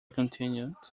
continued